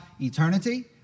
eternity